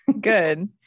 Good